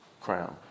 Crown